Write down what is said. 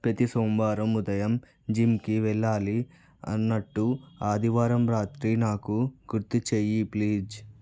ప్రతి సోమవారం ఉదయం జిమ్కి వెళ్ళాలి అన్నట్టు ఆదివారం రాత్రి నాకు గుర్తు చెయ్యి ప్లీజ్